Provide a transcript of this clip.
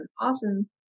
awesome